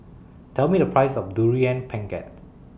Tell Me The Price of Durian Pengat